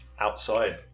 outside